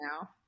now